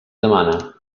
demana